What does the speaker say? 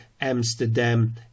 Amsterdam